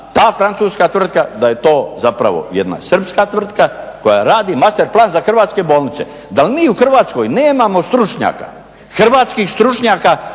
ta francuska tvrtka da je to zapravo jedna srpska tvrtka koja radi master plan za hrvatske bolnice. Dal mi u Hrvatskoj nemamo stručnjaka, hrvatskih stručnjaka